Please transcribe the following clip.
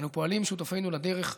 אנו פועלים עם שותפנו לדרך,